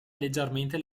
leggermente